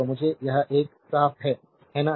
तो मुझे यह एक साफ है है ना